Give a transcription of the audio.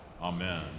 amen